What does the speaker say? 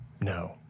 No